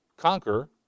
conquer